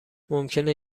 ممکنه